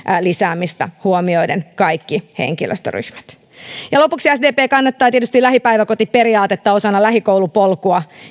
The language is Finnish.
lisäämistä huomioiden kaikki henkilöstöryhmät ja lopuksi sdp kannattaa tietysti lähipäiväkotiperiaatetta osana lähikoulupolkua